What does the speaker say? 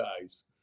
guys